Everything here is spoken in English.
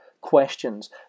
questions